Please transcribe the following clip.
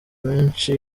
menshi